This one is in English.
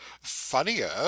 funnier